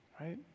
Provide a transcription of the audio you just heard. Right